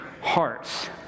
hearts